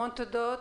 המון תודות.